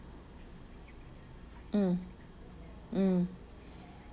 um um